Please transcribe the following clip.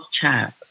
child